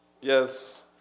Yes